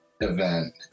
event